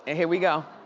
ah here we go.